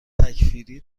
تکفیری